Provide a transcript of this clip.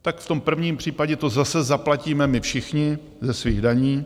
Tak v tom prvním případě to zase zaplatíme my všichni ze svých daní.